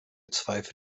zweifel